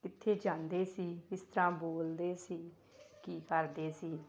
ਕਿੱਥੇ ਜਾਂਦੇ ਸੀ ਕਿਸ ਤਰ੍ਹਾਂ ਬੋਲਦੇ ਸੀ ਕੀ ਕਰਦੇ ਸੀ